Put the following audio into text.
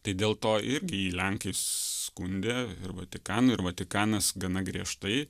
tai dėl to irgi jį lenkai skundė ir vatikanui ir vatikanas gana griežtai